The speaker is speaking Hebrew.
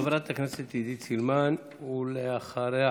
חברת הכנסת עידית סילמן, ואחריה,